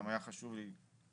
גם היה חשוב לי,